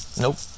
nope